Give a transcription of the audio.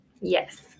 Yes